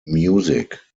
music